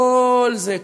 כל זה,